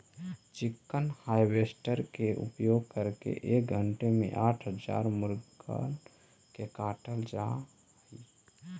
chicken harvester के उपयोग करके एक घण्टे में आठ हजार मुर्गिअन के काटल जा हई